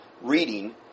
Reading